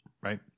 right